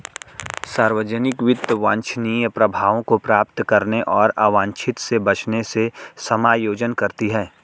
सार्वजनिक वित्त वांछनीय प्रभावों को प्राप्त करने और अवांछित से बचने से समायोजन करती है